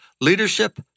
Leadership